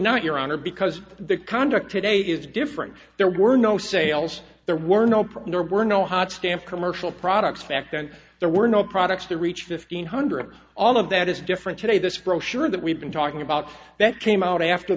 not your honor because the conduct to date is different there were no sales there were no problem there were no hot stamped commercial products back then there were no products to reach fifteen hundred all of that is different today this brochure that we've been talking about that came out after